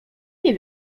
nie